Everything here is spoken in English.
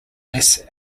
less